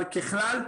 אבל ככלל,